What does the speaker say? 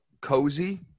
cozy